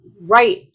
right